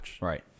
Right